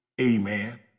amen